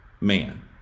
man